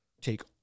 take